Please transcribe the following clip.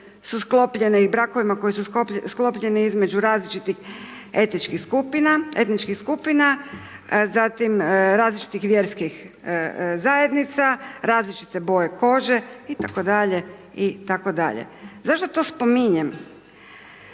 brakovima koji su sklopljeni između različitih etičkih skupina, etničkih skupina, zatim različitih vjerskih zajednica, različite boje kože, i tako dalje,